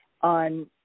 on